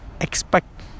expect